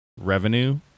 revenue